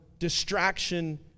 distraction